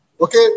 Okay